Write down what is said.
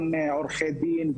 גם עורכי דין,